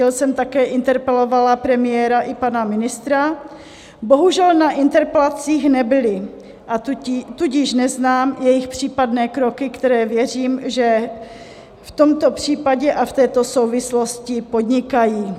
Steel jsem také interpelovala premiéra i pana ministra, bohužel na interpelacích nebyli, a tudíž neznám jejich případné kroky, které věřím, že v tomto případě a v této souvislosti podnikají.